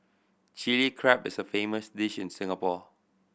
Chilli Crab is a famous dish in Singapore